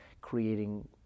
creating